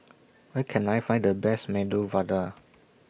Where Can I Find The Best Medu Vada